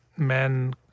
Men